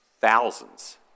thousands